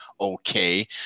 okay